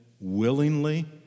willingly